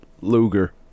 Luger